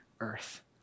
earth